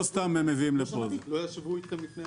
משהו שאני לא יודע מאיפה --- אין לנו משאבים וגם לא יהיה.